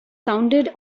sounded